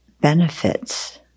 benefits